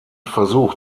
versuch